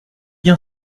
bien